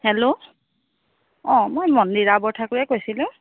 hello অঁ মই মন্দিৰা বৰঠাকুৰে কৈছিলোঁ